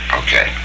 okay